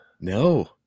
no